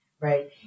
right